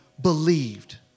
believed